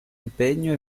impegno